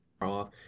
off